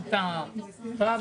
אמרתי את זה בוועדת החוקה זה